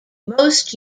most